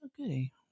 Okay